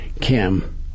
Kim